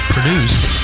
Produced